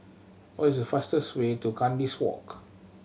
what is the fastest way to Kandis Walk